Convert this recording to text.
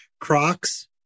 Crocs